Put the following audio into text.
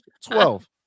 twelve